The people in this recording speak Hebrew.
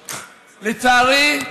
לצערי,